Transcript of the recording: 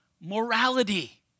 morality